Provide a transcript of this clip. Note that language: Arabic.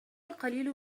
القليل